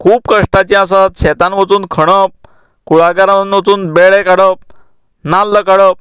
खूब कश्टाचें आसत शेतान वचून खणप कुळागरांत वचून बेडे काडप नाल्ल काडप